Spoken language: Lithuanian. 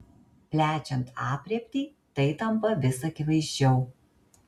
plečiant aprėptį tai tampa vis akivaizdžiau